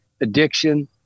addiction